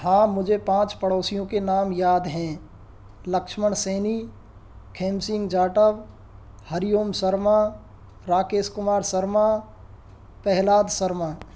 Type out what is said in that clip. हाँ मुझे पाँच पड़ोसियों के नाम याद हैं लक्ष्मण सैनी खेम सिंह जाटव हरिओम शर्मा राकेश कुमार शर्मा प्रह्लाद शर्मा